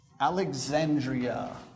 Alexandria